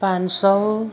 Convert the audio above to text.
पाँच सय